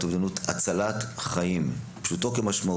אובדנות הצלת חיים - פשוטו כמשמעו.